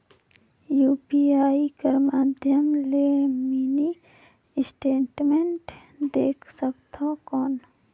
UPI कर माध्यम से मिनी स्टेटमेंट देख सकथव कौन?